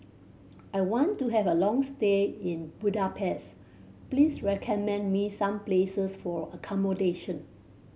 I want to have a long stay in Budapest please recommend me some places for accommodation